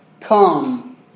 Come